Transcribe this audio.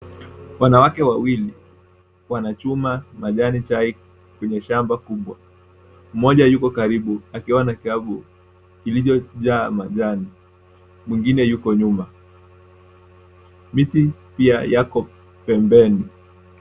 Wanawake Wawili wanachuma majani chai kwenye shamba kubwa. Mmoja yuko karibu akiwa na glavu iliyo jaa majani. Mwingine yuko nyuma. Miti pia yako pembeni.